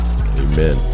Amen